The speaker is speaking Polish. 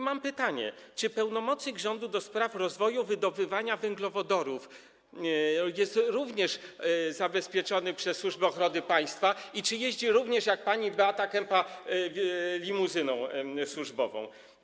Mam pytanie, czy pełnomocnik rządu do spraw rozwoju wydobywania węglowodorów jest również zabezpieczony przez Służbę Ochrony Państwa i czy również jeździ, tak jak pani Beata Kempa, służbową limuzyną.